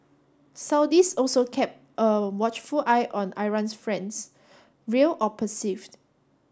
Saudis also kept a watchful eye on Iran's friends real or perceived